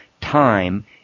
time